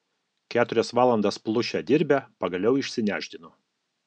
keturias valandas plušę dirbę pagaliau išsinešdino